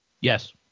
Yes